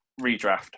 redraft